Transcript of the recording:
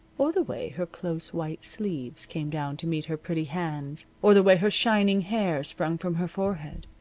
or the way her close white sleeves came down to meet her pretty hands, or the way her shining hair sprang from her forehead.